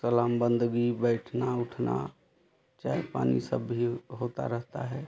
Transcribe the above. सलाम बंदगी बैठना उठना चाय पानी सब भी होता रहता है